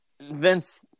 Vince